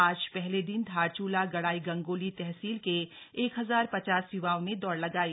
आज पहले दिन धारचुला गणाई गंगोली तहसील के एक हजार पचास युवाओं ने दौड़ लगाई